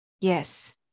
Yes